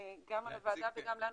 גם על הוועדה וגם לנו,